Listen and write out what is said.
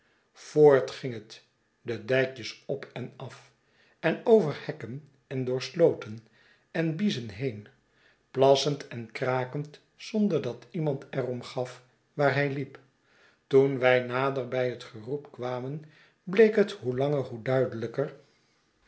voort ging het de dijkjes op en af en over hekken en door slooten en biezen heen plassend en krakend zonder dat iemand er om gaf waar hij liep toen wij nader bij het geroep kwamen bleek het hoe langer zoo duidelijker